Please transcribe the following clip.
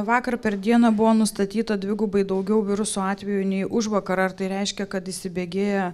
vakar per dieną buvo nustatyta dvigubai daugiau viruso atvejų nei užvakar ar tai reiškia kad įsibėgėja